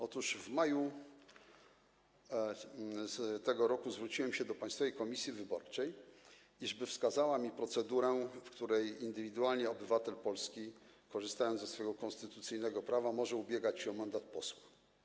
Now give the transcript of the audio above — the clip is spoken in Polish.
Otóż w maju tego roku zwróciłem się do Państwowej Komisji Wyborczej, iżby wskazała mi procedurę, w ramach której indywidualnie obywatel Polski, korzystając ze swojego konstytucyjnego prawa, może ubiegać się o mandat posła.